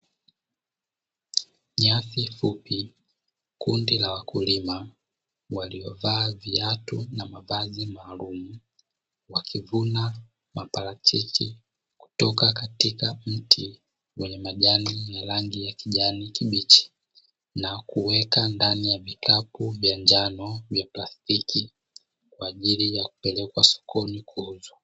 Nyasi fupi, kundi la wakulima waliovaa viatu na mavazi maalumu wakivuna maparachichi kutoka katika mti wenye majani yenye rangi ya kijani kibichi, na kuweka ndani ya vikapu vya njano vya plastiki kwa ajili ya kupelekwa sokoni kuuzwa.